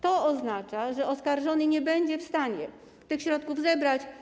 To oznacza, że oskarżony nie będzie w stanie tych środków zebrać.